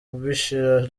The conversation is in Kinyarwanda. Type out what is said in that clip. bishira